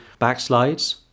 backslides